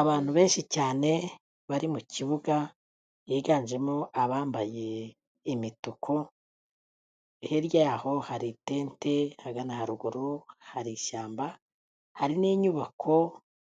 Abantu benshi cyane bari mu kibuga, higanjemo abambaye imituku, hirya yaho hari itente, ahagana haruguru hari ishyamba, hari n'inyubako